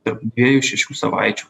tarp dviejų šešių savaičių